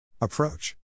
Approach